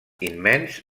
immens